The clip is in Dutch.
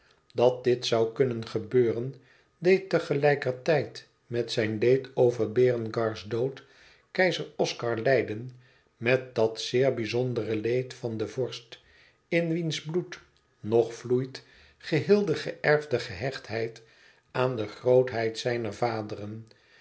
dat dit zoû kunnen gebeuren deed tegelijkertijd met zijn leed over berengars dood keizer oscar lijden met dat zeer bizondere leed van den vorst in wiens bloed nog vloeit geheel de geërfde gehechtheid aan de grootheid zijner vaderen